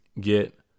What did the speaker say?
get